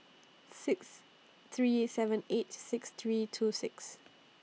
six three seven eight six three two six